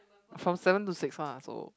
from seven to six lah so